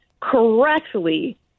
correctly